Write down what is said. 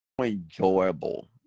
enjoyable